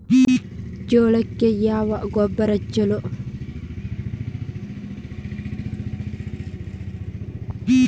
ಜೋಳಕ್ಕ ಯಾವ ಗೊಬ್ಬರ ಛಲೋ?